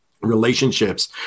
relationships